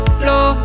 flow